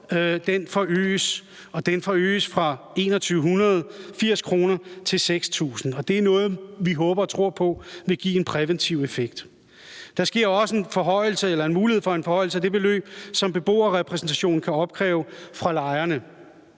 det forøges fra 2.180 kr. til 6.000 kr., og det er noget, vi håber og tror på, vil give en præventiv effekt. Der vil også være en mulighed for en forhøjelse af det beløb, som beboerrepræsentationen kan opkræve fra lejerne;